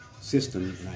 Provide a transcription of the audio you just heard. system